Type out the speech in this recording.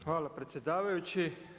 Hvala predsjedavajući.